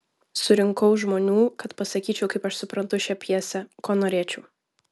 surinkau žmonių kad pasakyčiau kaip aš suprantu šią pjesę ko norėčiau